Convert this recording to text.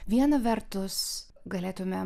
viena vertus galėtumėm